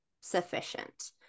sufficient